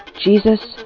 Jesus